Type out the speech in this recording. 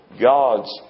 God's